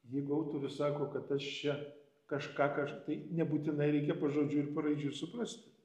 jeigu autorius sako kad aš čia kažką kaž tai nebūtinai reikia pažodžiui ir paraidžiui suprasti